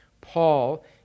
Paul